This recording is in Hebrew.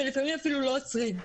ולפעמים אפילו לא עוצרים להם.